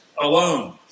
alone